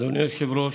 אדוני היושב-ראש,